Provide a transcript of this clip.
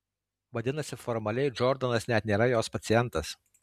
vadinasi formaliai džordanas net nėra jos pacientas